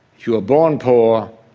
you were born poor,